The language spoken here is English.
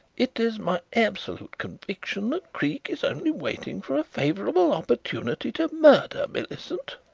it is my absolute conviction that creake is only waiting for a favourable opportunity to murder millicent.